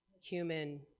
human